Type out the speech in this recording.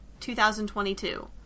2022